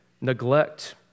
neglect